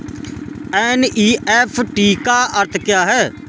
NEFT का अर्थ क्या है?